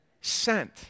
Sent